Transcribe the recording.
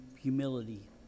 humility